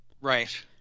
right